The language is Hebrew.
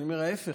ההפך.